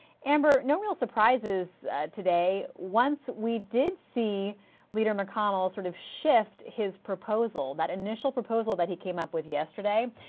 amber, no real surprises today. once we did see leader mcconnell sort of shift his proposal, the initial proposal that he came up with yesterday,